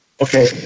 Okay